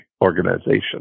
organization